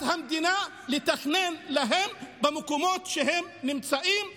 המדינה לתכנן להם במקומות שהם נמצאים בהם,